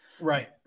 Right